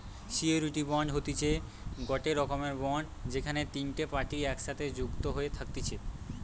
surety bond হতিছে গটে রকমের বন্ড যেখানে তিনটে পার্টি একসাথে যুক্ত হয়ে থাকতিছে